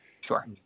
Sure